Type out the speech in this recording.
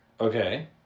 okay